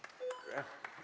Dziękuję.